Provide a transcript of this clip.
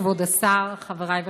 כבוד השר, חברי וחברותי,